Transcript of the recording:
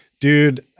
dude